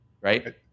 right